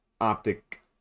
Optic